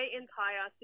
entire